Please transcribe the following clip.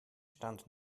stand